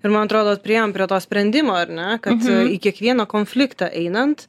ir man atrodo priėjom prie to sprendimo ar ne kad į kiekvieną konfliktą einant